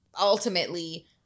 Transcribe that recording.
ultimately